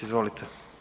Izvolite.